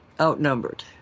Outnumbered